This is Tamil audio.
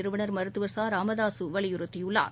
நிறுவனர் மருத்துவர் ச ராமதாசு வலியுறுத்தியுள்ளார்